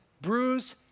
bruised